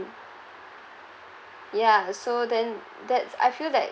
ya so then that's I feel that